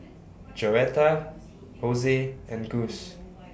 Joetta Jose and Gus